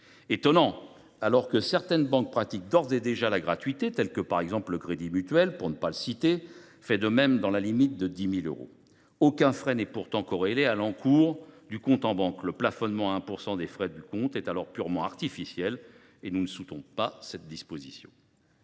Étonnant, alors que certaines banques pratiquent d’ores et déjà la gratuité et que le Crédit mutuel, pour ne pas le citer, fait de même dans la limite de 10 000 euros ! Aucuns frais ne sont pourtant corrélés à l’encours du compte en banque. Le plafonnement à 1 % des frais du compte est alors purement artificiel et nous ne soutenons pas cette disposition.